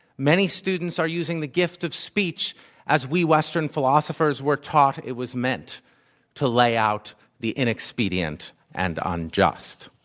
many students are using the gift of speech as we western philosophers were taught it was meant to lay out the inexpedient and unjust.